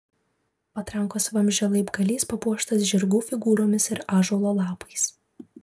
patrankos vamzdžio laibgalys papuoštas žirgų figūromis ir ąžuolo lapais